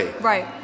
Right